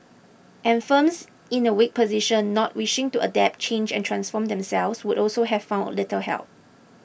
and firms in a weak position not wishing to adapt change and transform themselves would also have found little help